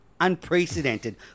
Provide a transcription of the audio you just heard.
unprecedented